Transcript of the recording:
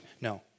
No